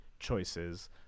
choices